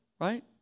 right